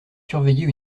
surveiller